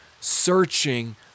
searching